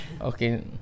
okay